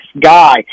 guy